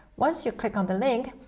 once you click on the link,